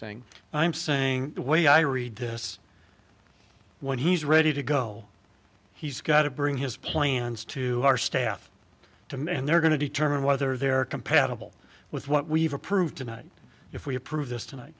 saying i'm saying the way i read this when he's ready to go he's got to bring his plans to our staff to me and they're going to determine whether they're compatible with what we've approved tonight if we approve this tonight